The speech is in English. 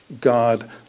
God